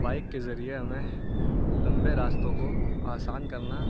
bike کے ذریعے ہمیں لمبے راستوں کو آسان کرنا